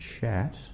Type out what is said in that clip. chat